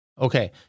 Okay